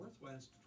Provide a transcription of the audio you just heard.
northwest